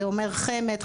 זה אומר חמ"ד,